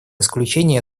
исключение